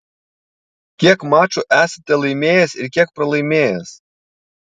kiek mačų esate laimėjęs ir kiek pralaimėjęs